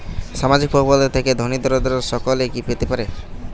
সামাজিক প্রকল্প থেকে ধনী দরিদ্র সকলে কি পেতে পারে?